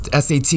SAT